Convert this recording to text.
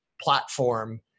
platform